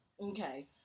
okay